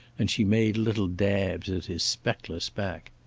and she made little dabs at his speckless back.